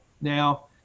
Now